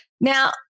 Now